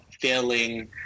failing